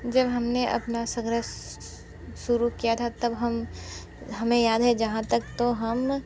जब हमने अपना संघर्ष शुरू किया था तब हम हमें याद जहाँ तक तो हम